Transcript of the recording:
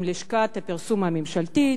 עם לשכת הפרסום הממשלתית,